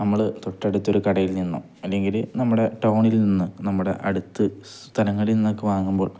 നമ്മള് തൊട്ടടുത്തൊരു കടയിൽ നിന്നും അല്ലെങ്കില് നമ്മുടെ ടൗണിൽനിന്നു നമ്മുടെ അടുത്ത് സ്ഥലങ്ങളിൽ നിന്നൊക്കെ വാങ്ങുമ്പോൾ